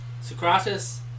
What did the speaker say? Socrates